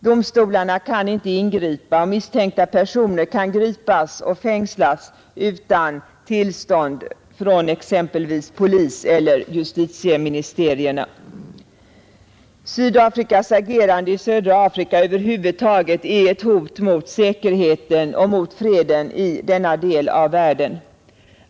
Domstolarna kan inte ingripa, och misstänkta personer kan gripas och fängslas utan tillstånd av exempelvis poliseller justitieministerierna. Sydafrikas agerande i södra Afrika över huvud taget är ett hot mot säkerheten och freden i denna del av världen.